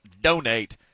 Donate